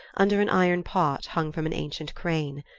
under an iron pot hung from an ancient crane.